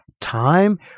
time